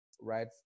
right